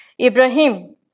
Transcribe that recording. Ibrahim